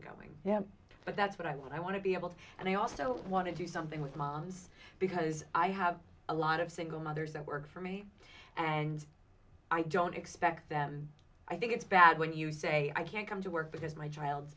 going yeah but that's what i want i want to be able to and i also want to do something with moms because i have a lot of single mothers that work for me and i don't expect them i think it's bad when you say i can't come to work because my child's